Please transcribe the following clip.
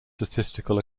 statistical